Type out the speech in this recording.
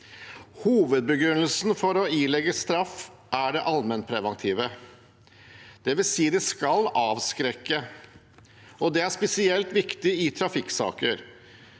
Hovedbegrunnelsen for å ilegge straff er det allmennpreventive, dvs. at det skal avskrekke, og det er spesielt viktig i trafikksaker.